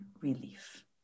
relief